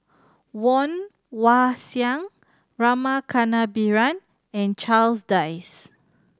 Woon Wah Siang Rama Kannabiran and Charles Dyce